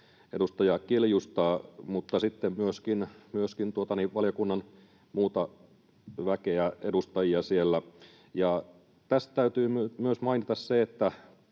edustaja Kiljusta myöskin valiokunnan muuta väkeä, edustajia siellä. Tässä täytyy myös mainita se, että